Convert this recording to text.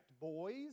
boys